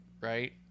right